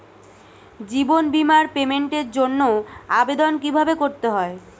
জীবন বীমার পেমেন্টের জন্য আবেদন কিভাবে করতে হয়?